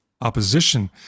opposition